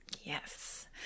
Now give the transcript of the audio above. Yes